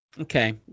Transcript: Okay